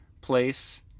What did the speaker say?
place